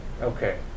Okay